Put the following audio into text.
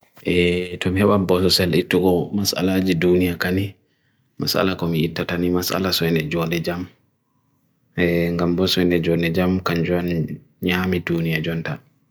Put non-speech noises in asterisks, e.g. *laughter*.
*hesitation* E, tum hewa boso sele itug o mhasa ala jidunia kani, mhasa ala komi itatani, mhasa ala suhene jo ne jam. *hesitation* E, ngambos suhene jo ne jam kanjwan nyahami dunia jo nta.